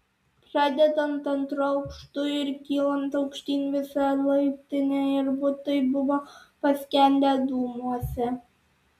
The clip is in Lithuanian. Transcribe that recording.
pradedant antru aukštu ir kylant aukštyn visa laiptinė ir butai buvo paskendę dūmuose